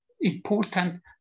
important